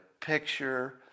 picture